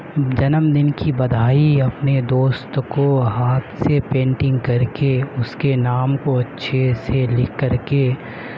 جنم دن کی بدھائی اپنے دوست کو ہاتھ سے پینٹنگ کر کے اس کے نام کو اچھے سے لکھ کر کے